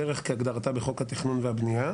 דרך כהגדרתה בחוק התכנון והבנייה,